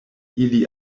ili